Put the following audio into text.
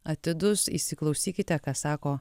atidūs įsiklausykite ką sako